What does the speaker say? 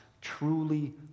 truly